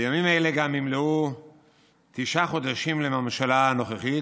בימים אלה גם ימלאו תשעה חודשים לממשלה הנוכחית,